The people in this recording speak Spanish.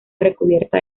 recubierta